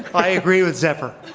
i agree with zephyr.